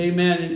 Amen